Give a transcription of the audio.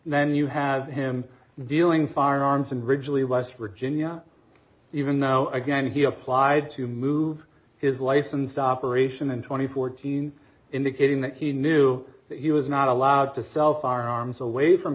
and then you have him dealing firearms and ridgeley west virginia even though again he applied to move his licensed operation in twenty fourteen indicating that he knew that he was not allowed to sell farms away from